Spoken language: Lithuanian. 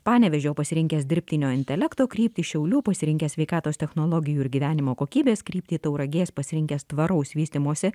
panevėžio pasirinkęs dirbtinio intelekto kryptį šiaulių pasirinkęs sveikatos technologijų ir gyvenimo kokybės kryptį tauragės pasirinkęs tvaraus vystymosi